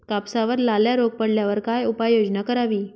कापसावर लाल्या रोग पडल्यावर काय उपाययोजना करावी?